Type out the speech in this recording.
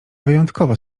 wyjątkowe